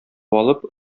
алып